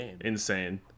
insane